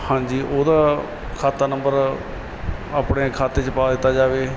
ਹਾਂਜੀ ਉਹਦਾ ਖਾਤਾ ਨੰਬਰ ਆਪਣੇ ਖਾਤੇ 'ਚ ਪਾ ਦਿੱਤਾ ਜਾਵੇ